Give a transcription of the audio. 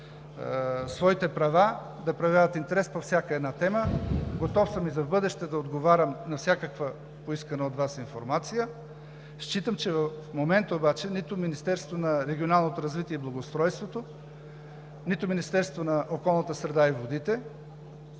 своите права да проявяват интерес по всяка една тема. Готов съм и за в бъдеще да отговарям на всякаква поискана от Вас информация. Считам, че в момента обаче нито Министерството на регионалното развитие и благоустройството, нито Министерството на околната среда и водите